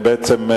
בעצם,